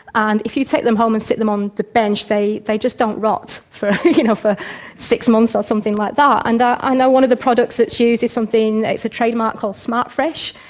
and if you take them home and sit them on the bench they they just don't rot for, you know, for six months or something like that. and i know one of the products that's used is something. it's a trademark called smart fresh,